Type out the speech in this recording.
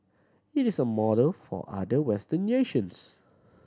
it is a model for other Western nations